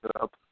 up